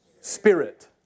spirit